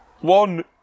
One